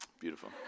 Beautiful